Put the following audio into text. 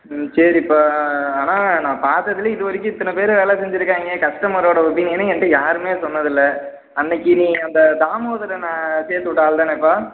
ம் சரிப்பா ஆனால் நான் பார்த்ததுலியே இதுவரைக்கும் இத்தனை பேர் வேலை செஞ்சுருக்காங்க கஸ்டமரோடய ஒப்பினியனை என்கிட்ட யாருமே சொன்னதில்லை அன்றைக்கி நீ அந்த தாமோதரண்ணன் சேர்த்து விட்ட ஆளுதானேப்பா